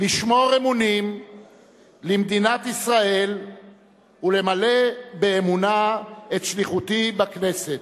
לשמור אמונים למדינת ישראל ולמלא באמונה את שליחותי בכנסת".